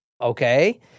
Okay